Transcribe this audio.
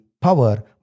power